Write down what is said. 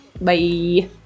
Bye